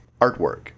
Artwork